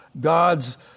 God's